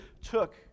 took